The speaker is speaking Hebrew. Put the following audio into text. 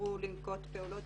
שיאפשרו לנקוט פעולות